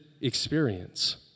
experience